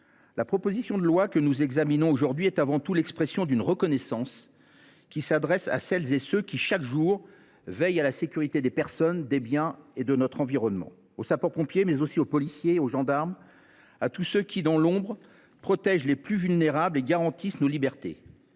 La proposition de loi que nous examinons aujourd’hui est avant tout l’expression d’une reconnaissance qui s’adresse à ceux qui, chaque jour, veillent à la sécurité des personnes, des biens et de notre environnement : aux sapeurs pompiers, mais aussi aux policiers, aux gendarmes et à tous ceux qui, dans l’ombre, protègent les plus vulnérables et garantissent nos libertés.